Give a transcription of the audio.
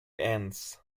ends